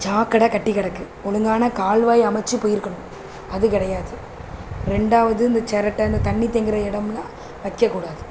சாக்கடை கட்டி கிடக்கு ஒழுங்கான கால்வாய் அமைத்து போயிருக்கணும் அது கிடையாது ரெண்டாவது இந்த சிரட்ட இந்த தண்ணி தேங்கிற இடமெல்லாம் வைக்கக்கூடாது